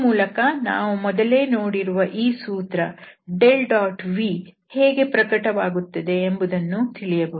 ಈ ಮೂಲಕ ನಾವು ಮೊದಲೇ ನೋಡಿರುವ ಈ ಸೂತ್ರ ∇⋅v ಹೇಗೆ ಪ್ರಕಟವಾಗುತ್ತದೆ ಎಂಬುದನ್ನೂ ತಿಳಿಯಬಹುದು